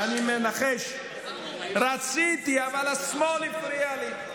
אני מנחש: רציתי, אבל השמאל הפריע לי.